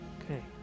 Okay